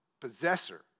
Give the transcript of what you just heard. possessor